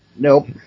Nope